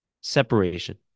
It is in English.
separation